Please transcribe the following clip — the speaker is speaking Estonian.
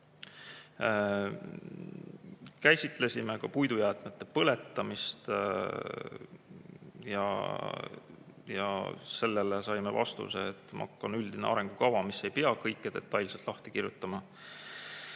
Käsitlesime ka puidujäätmete põletamist. Sellele saime vastuseks, et MAK on üldine arengukava, mis ei pea kõike detailselt lahti kirjutama,